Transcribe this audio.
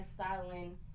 styling